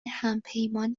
همپیمان